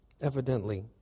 evidently